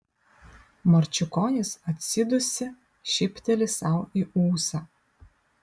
marčiukonis atsidūsi šypteli sau į ūsą